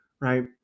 right